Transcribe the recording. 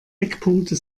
eckpunkte